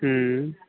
ਹੂੰ